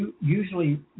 usually